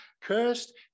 cursed